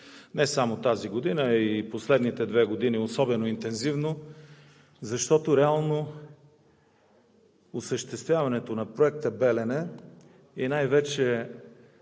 не само тази година, а и в последните две години особено интензивно, защото реално осъществяването на проекта „Белене“ и най-вече